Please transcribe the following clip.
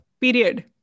period